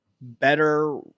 better